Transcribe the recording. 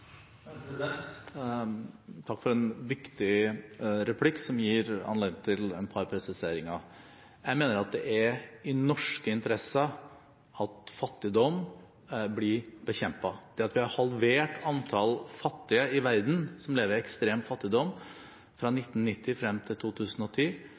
Takk for en viktig replikk, som gir anledning til et par presiseringer. Jeg mener at det er i norsk interesse at fattigdom blir bekjempet. Det at antall fattige i verden som lever i ekstrem fattigdom er halvert fra